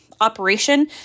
operation